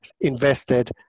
invested